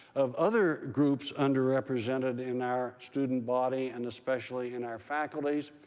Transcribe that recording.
of other groups underrepresented in our student body, and especially in our faculties,